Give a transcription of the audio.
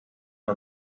wir